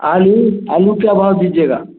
आलू आलू क्या भाव दीजिएगा